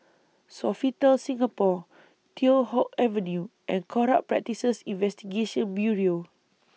Sofitel Singapore Teow Hock Avenue and Corrupt Practices Investigation Bureau